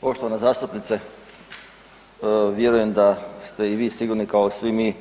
Poštovana zastupnice, vjerujem da ste i vi sigurni kao i svi mi